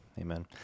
Amen